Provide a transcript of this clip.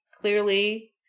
clearly